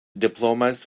diplomas